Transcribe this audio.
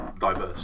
diverse